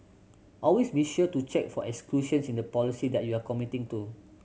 always be sure to check for exclusions in the policy that you are committing to